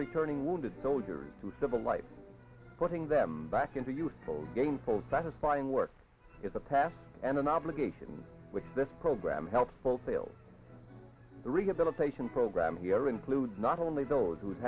returning wounded soldiers to civil life putting them back into useful gainful satisfying work is a path and an obligation which this program help fulfill the rehabilitation program here includes not only those who